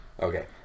Okay